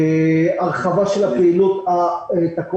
הרחבה של הפעילות ה- --,